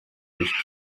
durch